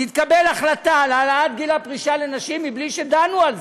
תתקבל החלטה על העלאת גיל הפרישה לנשים בלי שדנו בזה,